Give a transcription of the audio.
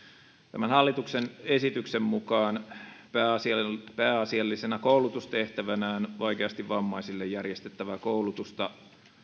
tämän hallituksen esityksen mukaan pääasiallisena pääasiallisena koulutustehtävänään vaikeasti vammaisille järjestettävää koulutusta